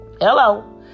Hello